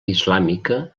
islàmica